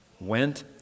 went